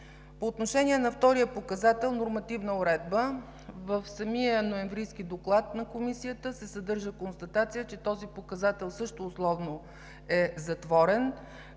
По отношение на втория показател – „Нормативна уредба“, в самия ноемврийски доклад на Комисията се съдържа констатация, че този показател също условно е затворен,